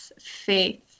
faith